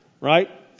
right